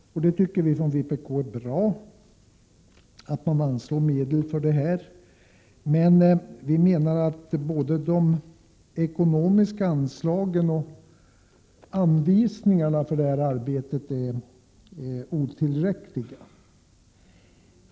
Vi från vpk tycker att det är bra att man anslår medel för detta ändamål, men vi menar att både de ekonomiska anslagen och anvisningarna för det här arbetet är otillräckliga.